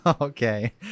Okay